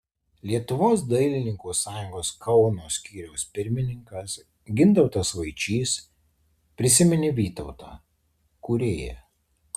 lietuvos dailininkų sąjungos kauno skyriaus pirmininkas gintautas vaičys prisiminė vytautą kūrėją